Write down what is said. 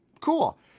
cool